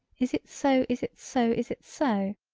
is it so is it so is it so.